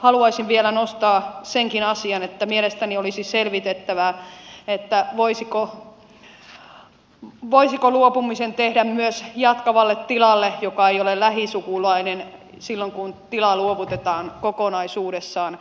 haluaisin vielä nostaa senkin asian että mielestäni olisi selvitettävä voisiko luopumisen tehdä myös tilan jatkajalle joka ei ole lähisukulainen silloin kun tila luovutetaan kokonaisuudessaan